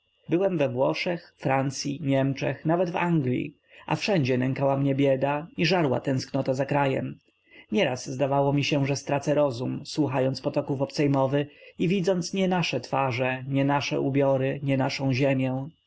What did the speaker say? byłem we włoszech francyi niemczech nawet w anglii a wszędzie nękała mnie bieda i żarła tęsknota za krajem nieraz zdawało mi się że stracę rozum słuchając potoków obcej mowy i widząc nie nasze twarze nie nasze ubiory nie naszę ziemię